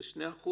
זה 2%,